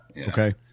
Okay